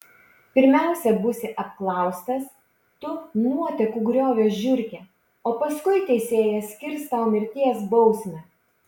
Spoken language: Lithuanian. pirmiausia būsi apklaustas tu nuotekų griovio žiurke o paskui teisėjas skirs tau mirties bausmę